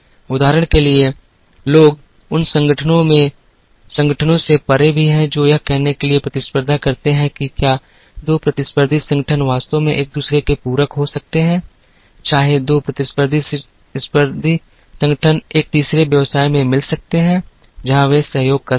उदाहरण के लिए लोग उन संगठनों से परे भी हैं जो यह कहने के लिए प्रतिस्पर्धा करते हैं कि क्या दो प्रतिस्पर्धी संगठन वास्तव में एक दूसरे के पूरक हो सकते हैं चाहे दो प्रतिस्पर्धी संगठन एक तीसरे व्यवसाय में मिल सकते हैं जहां वे सहयोग कर सकते हैं